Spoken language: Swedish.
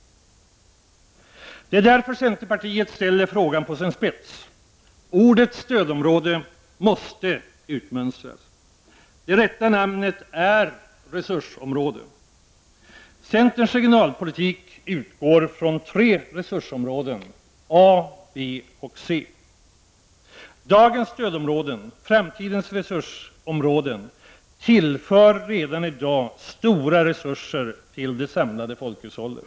Det är därför som centerpartiet ställer frågan på sin spets. Ordet stödområde måste utmönstras. Det rätta namnet är resursområde. Centerns regionalpolitik utgår från tre resursområden, A, B och C. Dagens stödområden — framtidens resursområden -— tillför redan i dag stora resurser till det samlade folkhushållet.